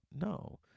No